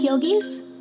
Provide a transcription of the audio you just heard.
yogis